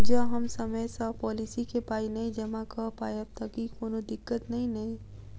जँ हम समय सअ पोलिसी केँ पाई नै जमा कऽ पायब तऽ की कोनो दिक्कत नै नै?